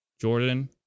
Jordan